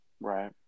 Right